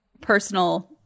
personal